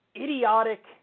idiotic